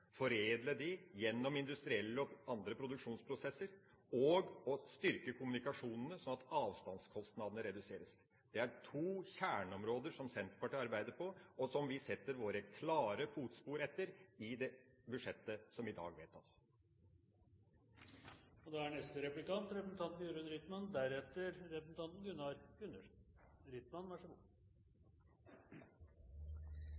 foredle naturressursene som distriktene har så mye av, ikke minst de fornybare naturressursene, gjennom industrielle prosesser og andre produksjonsprosesser og å styrke kommunikasjonene, slik at avstandskostnadene reduseres. Det er to kjerneområder som Senterpartiet arbeider for, og vi setter våre klare fotspor på det budsjettet som i dag